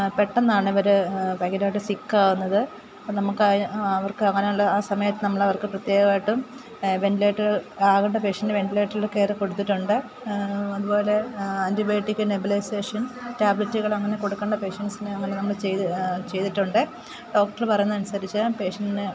പെട്ടെന്നാണവർ ഭയങ്കരമായിട്ട് സിക്കാകുന്നത് അതു നമുക്കായ അവർക്ക് അങ്ങനെയുള്ള ആ സമയത്തു നമ്മളവർക്ക് പ്രത്യേകമായിട്ടും വെൻറ്റിലേറ്ററുകൾ ആകേണ്ട പേഷ്യൻറ്റിനു വെൻറ്റിലേറ്ററിലൊക്കെയായിട്ട് കൊടുത്തിട്ടുണ്ട് അതുപോലെ ആൻറ്റിബയോട്ടിക് നെബുലൈസേഷൻ ടാബ്ലെറ്റുകൾ അങ്ങനെ കൊടുക്കേണ്ട പേഷ്യൻസിന് അങ്ങനെ നമ്മൾ ചെയ്തി ചെയ്തിട്ടുണ്ട് ഡോക്ടർ പറയുന്നത് അനുസരിച്ച് പേഷ്യൻറ്റിന്